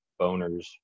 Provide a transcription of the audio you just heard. boners